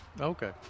Okay